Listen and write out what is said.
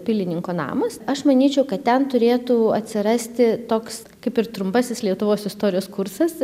pilininko namas aš manyčiau kad ten turėtų atsirasti toks kaip ir trumpasis lietuvos istorijos kursas